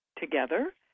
together